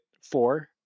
Four